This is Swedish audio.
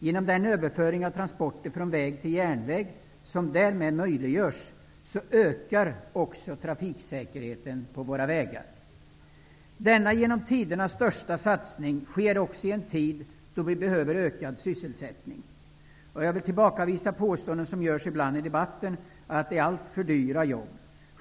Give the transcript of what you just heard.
Genom den överföring av transporter från väg till järnväg som därmed möjliggörs ökar också trafiksäkerheten på våra vägar. Denna genom tiderna största satsning sker också i en tid då vi behöver öka sysselsättningen. Jag vill här tillbakavisa de påståenden som ibland görs i debatten om att detta är alltför dyra jobb.